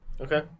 Okay